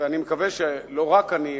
ואני מקווה שלא רק אני,